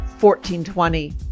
1420